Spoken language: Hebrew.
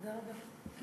תודה רבה.